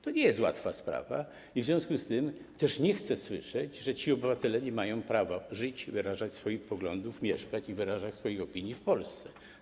To nie jest łatwa sprawa i w związku z tym nie chcę słyszeć, że ci obywatele nie mają prawa żyć i wyrażać swoich poglądów, mieszkać i wyrażać swoich opinii w Polsce.